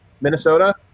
Minnesota